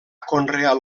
conreat